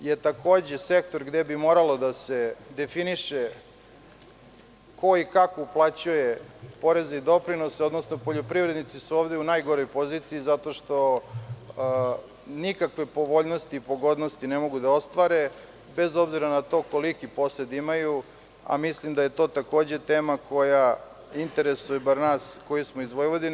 Poljoprivreda je sektor gde bi morao da se definiše ko i kako uplaćuje poreze i doprinose, odnosno poljoprivrednici su ovde u najgoroj poziciji zato što nikakve pogodnosti i povoljnosti ne mogu da ostvare, bez obzira na to koliki posed imaju, a mislim da je to tema koja interesuje nas iz Vojvodine.